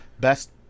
best